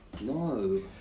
No